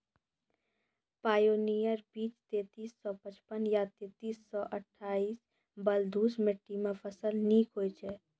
Pioneer बीज तेंतीस सौ पचपन या तेंतीस सौ अट्ठासी बलधुस मिट्टी मे फसल निक होई छै?